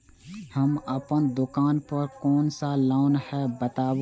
हम अपन दुकान पर कोन सा लोन हैं बताबू?